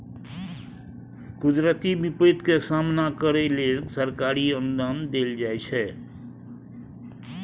कुदरती बिपैत के सामना करइ लेल सरकारी अनुदान देल जाइ छइ